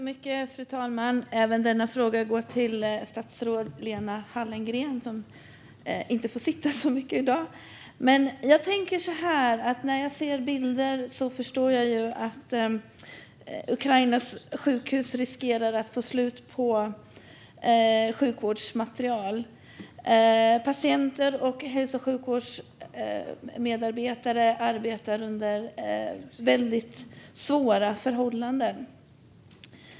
Fru talman! Även denna fråga går till statsrådet Lena Hallengren, som inte hinner sitta ned särskilt mycket i dag. När jag ser bilder förstår jag att Ukrainas sjukhus riskerar att få slut på sjukvårdsmateriel. Patienter och hälso och sjukvårdsmedarbetare arbetar under väldigt svåra förhållanden.